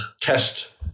test